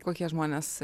kokie žmonės